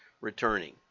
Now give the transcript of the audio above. returning